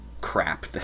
Crap